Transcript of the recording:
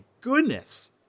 goodness